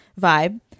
vibe